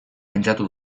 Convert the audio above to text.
pentsatu